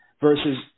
Versus